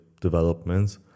developments